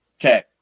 okay